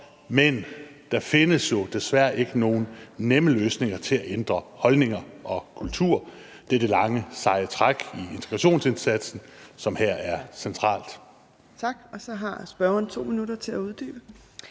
Men der findes jo desværre ikke nogen nemme løsninger til at ændre holdninger og kultur; det er det lange, seje træk i integrationsindsatsen, som her er centralt.